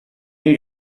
new